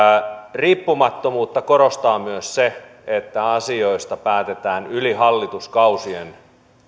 riippumattomuutta korostaa myös se että asioista päätetään yli hallituskausien